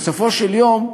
בסופו של יום,